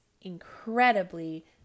incredibly